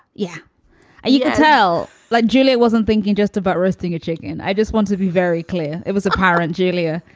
yeah you can tell that like julia wasn't thinking just about roasting a chicken. i just want to be very clear. it was apparent, julia.